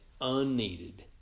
unneeded